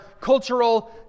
cultural